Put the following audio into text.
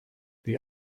the